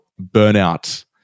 burnout